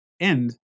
end